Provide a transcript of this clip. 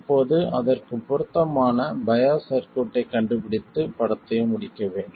இப்போது அதற்குப் பொருத்தமான பயாஸ் சர்க்யூட்டைக் கண்டுபிடித்து படத்தை முடிக்க வேண்டும்